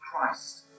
Christ